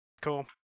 Cool